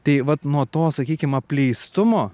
tai vat nuo to sakykim apleistumo